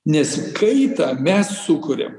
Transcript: nes kaitą mes sukuriam